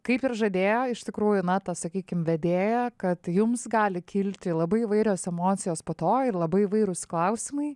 kaip ir žadėjo iš tikrųjų na ta sakykim vedėja kad jums gali kilti labai įvairios emocijos po to ir labai įvairūs klausimai